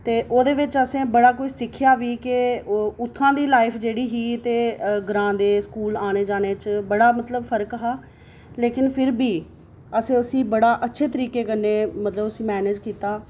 ते ओह्दे बिच्च असें बड़ा किश सिक्खेआ बी केह् ओह् उत्थुआं दी लाईफ जेह्ड़ी ही ग्रांऽ दे स्कूल आने जाने च बड़ा मतलब फर्क हा फिर बी असें उसी बड़ा अच्छे तरीके कन्नै मतलब उसी मैनेज कीता